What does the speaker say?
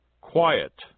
Quiet